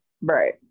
right